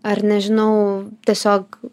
ar nežinau tiesiog